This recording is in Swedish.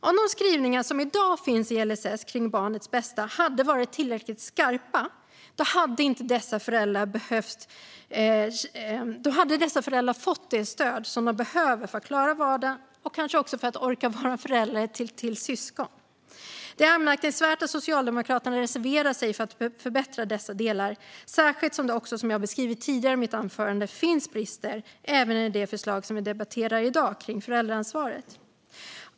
Om de skrivningar som i dag finns i LSS om barnets bästa hade varit tillräckligt skarpa hade dessa föräldrar fått det stöd som de behöver för att klara vardagen och kanske också för att orka vara föräldrar till syskon. Det är anmärkningsvärt att Socialdemokraterna reserverar sig mot att förbättra dessa delar, särskilt som det, som jag beskrev i mitt tidigare anförande, finns brister även i det förslag som vi debatterar i dag kring föräldraansvaret.